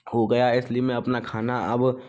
हो गया इसलिए मैं अपना खाना अब